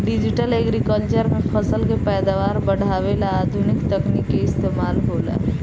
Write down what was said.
digital agriculture में फसल के पैदावार बढ़ावे ला आधुनिक तकनीक के इस्तमाल होला